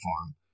farm